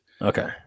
okay